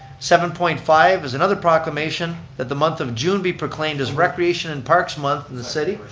seven point five is another proclamation that the month of june be proclaimed as recreation and parks month in the city.